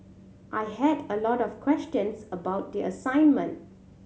I had a lot of questions about the assignment